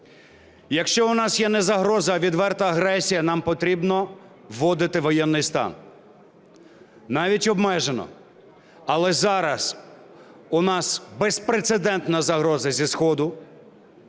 Якщо у нас є не загроза, а відверта агресія, нам потрібно вводити воєнний стан, навіть і обмежено. Але зараз у нас безпрецедентна загроза зі сходу,